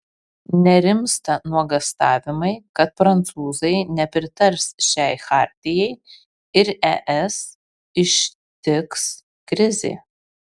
nerimsta nuogąstavimai kad prancūzai nepritars šiai chartijai ir es ištiks krizė